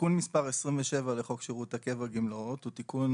תיקון מס' 27 לחוק שירות הקבע (גמלאות) הוא תיקון